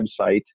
website